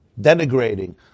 denigrating